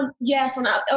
Yes